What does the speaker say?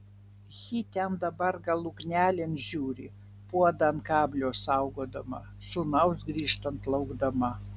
ji ten dabar gal ugnelėn žiūri puodą ant kablio saugodama sūnaus grįžtant laukdama